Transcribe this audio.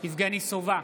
יבגני סובה,